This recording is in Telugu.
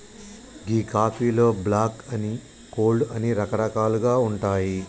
గీ కాఫీలో బ్లాక్ అని, కోల్డ్ అని రకరకాలుగా ఉంటాయి